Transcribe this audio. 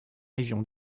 région